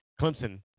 Clemson